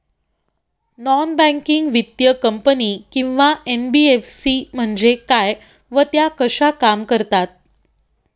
Non banking वित्तीय company किंवा NBFC म्हणजे काय व त्या कशा काम करतात?